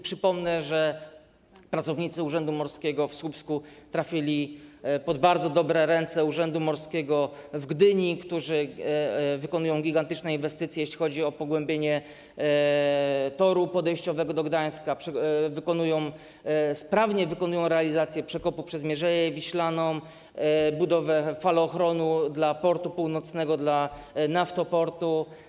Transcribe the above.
Przypomnę, że pracownicy Urzędu Morskiego w Słupsku trafili w bardzo dobre ręce Urzędu Morskiego w Gdyni, który wykonuje gigantyczne inwestycje, jeśli chodzi o pogłębienie toru podejściowego do Gdańska, sprawnie realizuje przekop Mierzei Wiślanej, budowę falochronu dla Portu Północnego, dla Naftoportu.